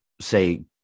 say